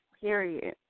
Period